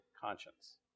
conscience